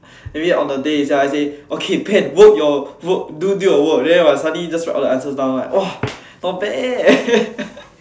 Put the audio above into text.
maybe on the day itself I say okay pen work your work do your work then suddenly just write out all the answers down then like !wah! not bad